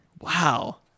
Wow